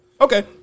Okay